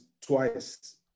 twice